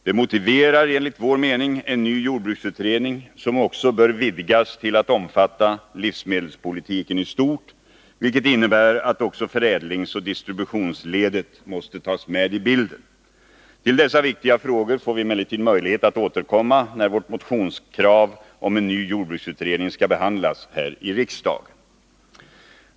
Det motiverar enligt vår mening en ny jordbruksutredning, som också bör vidgas till att omfatta livsmedelspolitiken i stort, vilket innebär att också förädlingsoch distributionsledet måste tas med i bilden. Till dessa viktiga frågor får vi emellertid möjlighet att återkomma, när vårt motionskrav om en ny jordbruksutredning skall behandlas här i riksdagen.